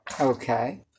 Okay